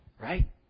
Right